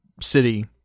city